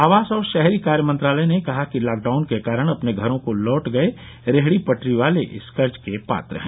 आवास और शहरी कार्य मंत्रालय ने कहा कि लॉकडाउन के कारण अपने घरों को लौट गये रेहडी पटरी वाले इस कर्ज के पात्र है